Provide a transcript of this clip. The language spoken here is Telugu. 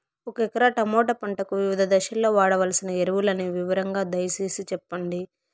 ఒక ఎకరా టమోటా పంటకు వివిధ దశల్లో వాడవలసిన ఎరువులని వివరంగా దయ సేసి చెప్పండి?